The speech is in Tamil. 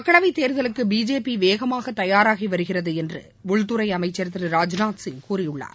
மக்களவைத் தேர்தலுக்கு பிஜேபி வேகமாக தயாராகி வருகிறது என்று உள்துறை அமைச்சர் திரு ராஜ்நாத் சிங் கூறியுள்ளார்